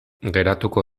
geratuko